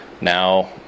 Now